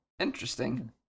Interesting